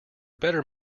better